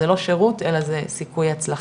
זה לא שירות אלא זה סיכוי הצלחה.